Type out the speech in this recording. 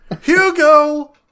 Hugo